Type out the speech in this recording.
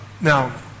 Now